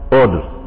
orders